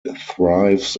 thrives